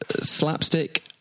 slapstick